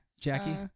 Jackie